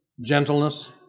Gentleness